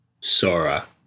Sora